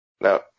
Now